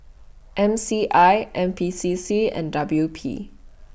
M C I N P C C and W P